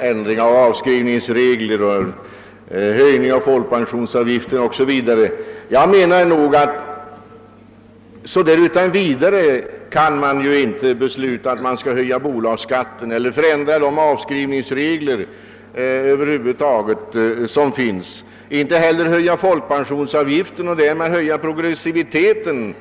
ändring av avskrivningsreglerna, höjning av folkpensionsavgifterna o.s.v. Vi kan ju inte så där utan vidare fatta ett beslut om att höja bolagsskatten eller ändra nuvarande avskrivningsregler. Inte heller kan vi utan vidare höja folkpensionsavgiften och därmed progressiviteten.